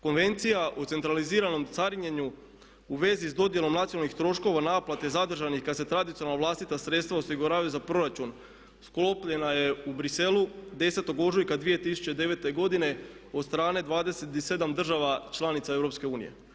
Konvencija o centraliziranom carinjenju u vezi s dodjelom nacionalnih troškova naplate zadržanih kada se tradicionalno vlastita sredstva osiguravaju za proračun sklopljena je u Briselu 10. ožujka 2009. godine od strane 27 država članica EU.